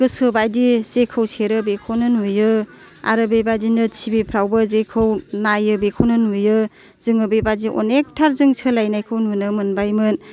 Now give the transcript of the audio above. गोसो बायदि जेखौ सेरो बेखौनो नुयो आरो बेबादिनो टि भिफ्रावबो जेखौ नायो बेखौनो नुयो जोङो बेबायदि अनेकथा सोलायनायखौ जों नुनो मोनबायमोन